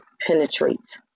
penetrates